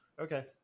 Okay